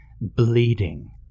bleeding